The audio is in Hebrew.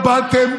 אבל למה לא באתם,